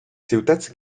ciutats